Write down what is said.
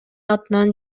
атынан